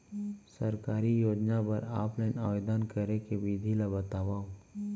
सरकारी योजना बर ऑफलाइन आवेदन करे के विधि ला बतावव